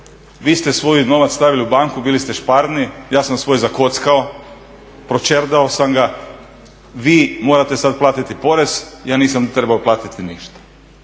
vi ste svoj novac stavili u banku, bili ste šparni, ja sam svoj zakockao, pročerdao sam ga, vi morate sad platiti porez, ja nisam trebao platiti ništa.